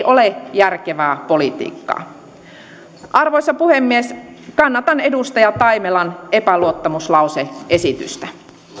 ole järkevää politiikkaa arvoisa puhemies kannatan edustaja taimelan epäluottamuslause esitystä